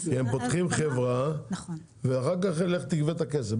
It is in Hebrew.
כי הם פותחים חברה ואחר כך לך תגבה את הכסף.